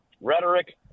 rhetoric